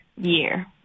year